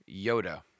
Yoda